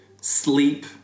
sleep